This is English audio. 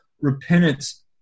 repentance